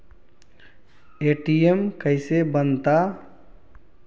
ATM कैसे बनता?